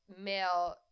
male